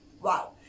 Wow